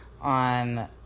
on